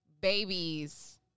babies